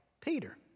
Peter